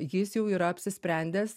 jis jau yra apsisprendęs